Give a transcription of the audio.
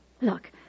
Look